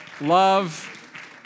love